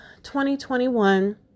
2021